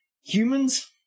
Humans